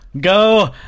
go